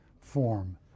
form